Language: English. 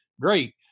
great